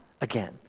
again